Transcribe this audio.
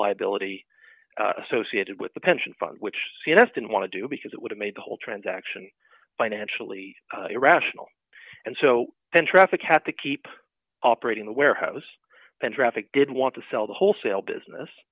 liability associated with the pension fund which he just didn't want to do because it would have made the whole transaction financially irrational and so then traffic had to keep operating the warehouse and traffic didn't want to sell the wholesale business